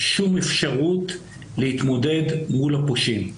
שום אפשרות להתמודד מול הפושעים.